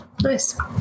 Nice